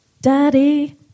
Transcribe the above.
Daddy